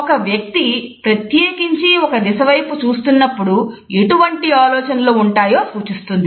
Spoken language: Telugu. ఒక వ్యక్తి ప్రత్యేకించి ఒక దిశ వైపు చూస్తున్నప్పుడు ఎటువంటి ఆలోచనలు ఉంటాయో సూచిస్తుంది